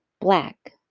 black